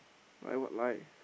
lie what lie